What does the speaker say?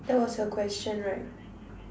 that was your question right